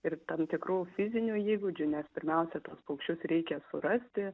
ir tam tikrų fizinių įgūdžių nes pirmiausia tuos paukščius reikia surasti